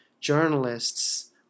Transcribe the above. journalists